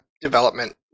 development